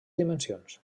dimensions